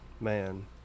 man